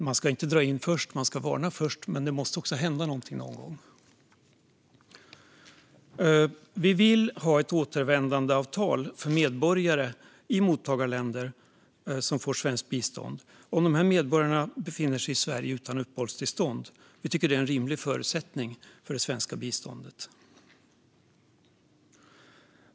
Man ska inte dra in stödet först, utan man ska varna först. Men det måste också hända någonting någon gång. Vi vill ha ett återvändandeavtal för medborgare från mottagarländer som får svenskt bistånd om medborgarna befinner sig i Sverige utan uppehållstillstånd. Vi tycker att det är en rimlig förutsättning för det svenska biståndet.